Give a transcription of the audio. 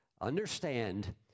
Understand